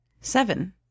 Seven